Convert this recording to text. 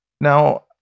Now